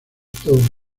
too